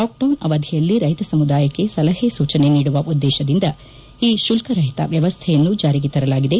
lockdown ಅವಧಿಯಲ್ಲಿ ರೈತ ಸಮುದಾಯಕ್ಕೆ ಸಲಹೆ ಸೂಚನೆ ನೀಡುವ ಉದ್ದೇಶದಿಂದ ಈ ಶುಲ್ಕರಹಿತ ವ್ಯವಸ್ಥೆ ಜಾರಿಗೆ ತರಲಾಗಿದೆ